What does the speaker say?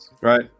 Right